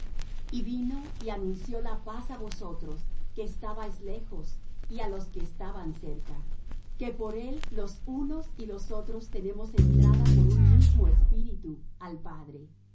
y vino y anunció la paz á vosotros que estabais lejos y á los que estaban cerca que por él los unos y los otros tenemos entrada por un mismo espíritu al padre